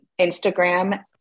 instagram